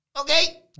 Okay